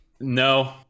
no